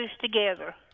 together